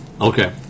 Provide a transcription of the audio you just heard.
Okay